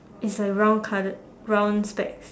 it's like round coloured round specs